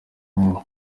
vuba